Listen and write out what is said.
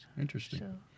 Interesting